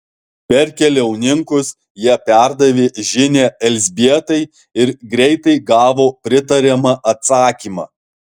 per keliauninkus jie perdavė žinią elzbietai ir greitai gavo pritariamą atsakymą